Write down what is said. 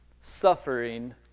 suffering